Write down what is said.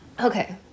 okay